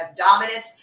abdominis